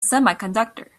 semiconductor